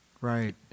Right